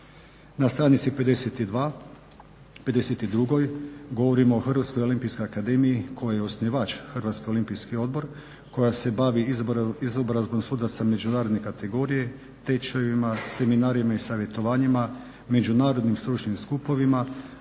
Na str. 52. govorimo o Hrvatskoj olimpijskoj akademiji kojoj je osnivač HOO koja se bavi izobrazbom sudaca međunarodne kategorije, tečajevima, seminarima i savjetovanjima, međunarodnim stručnim skupovima